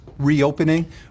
reopening